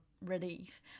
relief